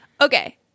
okay